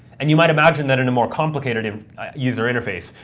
and you might imagine that in a more complicated user interface,